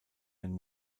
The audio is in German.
ein